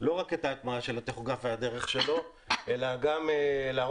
לא רק את ההטמעה של הטכוגרף והדרך שלו אלא גם לערוך